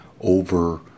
over